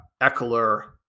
Eckler